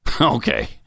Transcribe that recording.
Okay